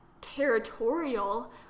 territorial